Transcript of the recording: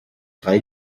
drei